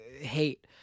hate